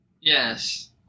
Yes